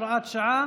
הוראת שעה)